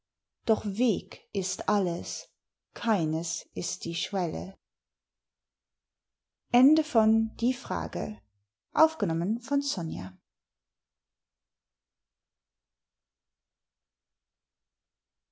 doch weg ist alles keines ist die schwelle